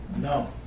No